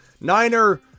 Niner